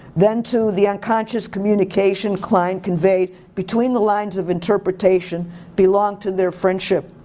then too, the unconscious communication klein conveyed between the lines of interpretation belonged to their friendship.